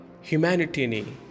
humanity